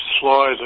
slide